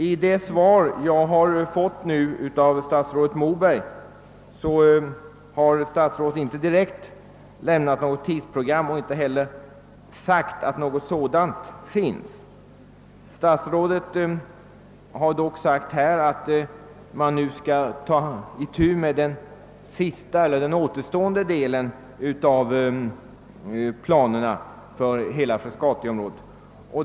I det svar jag nu fått lämnar statsrådet Moberg inte något direkt tidsprogram och han säger inte heller att något sådant finns. Statsrådet omtalar dock att man nu skall ta itu med den återstående delen av planerna för hela Frescatiområdet.